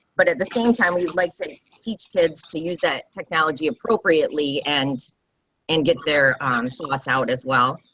but at the same time, we like to teach kids to use that technology appropriately and and get their thoughts out as well.